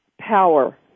power